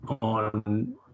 on